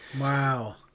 Wow